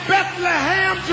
Bethlehem